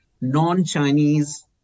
non-Chinese